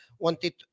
wanted